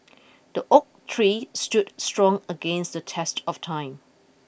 the oak tree stood strong against the test of time